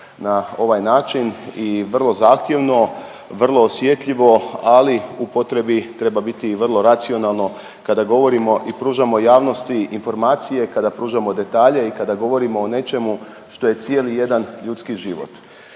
na ovaj način i vrlo zahtjevno, vrlo osjetljivo ali u potrebi treba biti i vrlo racionalno kada govorimo i pružamo javnosti informacije, kada pružamo detalje i kada govorimo o nečemu što je cijeli jedan ljudski život.